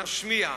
נשמיע,